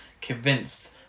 convinced